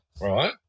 right